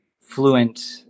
fluent